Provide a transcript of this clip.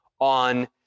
on